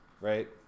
right